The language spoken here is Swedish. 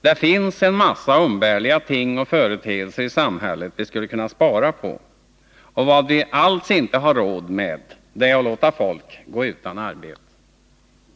Det finns en massa umbärliga ting och företeelser i samhället som vi skulle kunna spara på, och vad vi alls inte har råd med är att låta folk gå utan arbete.